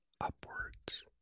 upwards